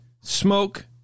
smoke